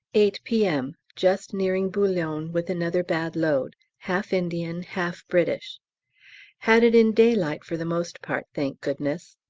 eight p m just nearing boulogne with another bad load, half indian, half british had it in daylight for the most part, thank goodness!